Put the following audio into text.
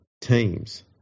teams